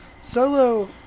Solo